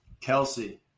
Kelsey